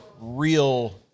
real